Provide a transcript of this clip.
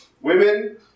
women